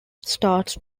starts